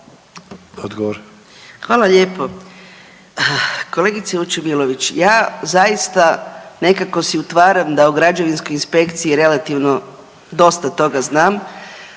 (GLAS)** Hvala lijepo. Kolegice Vučemilović, ja zaista nekako si utvaram da u građevinskoj inspekciji relativno dosta toga znam.